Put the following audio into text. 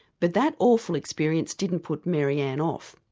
but that awful experience didn't put maryanne off,